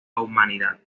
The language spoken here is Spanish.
humanidad